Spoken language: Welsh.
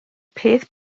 peth